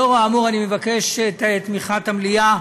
לאור האמור אני מבקש את תמיכת המליאה